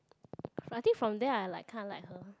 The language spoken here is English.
I think from there I like kinda like her